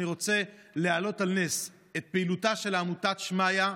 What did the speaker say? אני רוצה להעלות על נס את פעילותה של עמותת שמעיה,